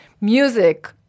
Music